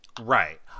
Right